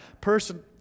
person